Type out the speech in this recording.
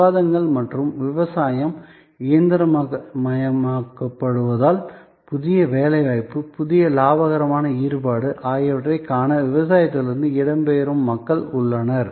விவாதங்கள் மற்றும் விவசாயம் இயந்திரமயமாக்கப்படுவதால் புதிய வேலைவாய்ப்பு புதிய லாபகரமான ஈடுபாடு ஆகியவற்றைக் காண விவசாயத்திலிருந்து இடம்பெயரும் மக்கள் உள்ளனர்